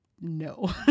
no